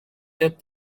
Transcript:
set